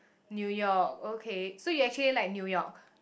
New-York okay so you actually like New-York